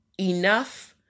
enough